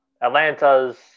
Atlanta's